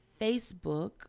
Facebook